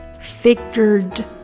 Figured